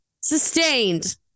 Sustained